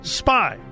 spy